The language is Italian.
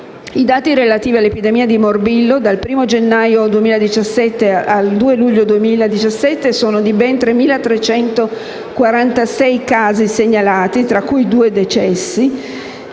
I dati relativi all'epidemia di morbillo dal 1° gennaio 2017 al 2 luglio 2017 parlano di ben 3.346 casi segnalati, tra cui 2 decessi;